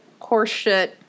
horseshit